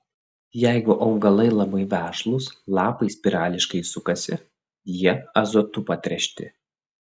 jeigu augalai labai vešlūs lapai spirališkai sukasi jie azotu patręšti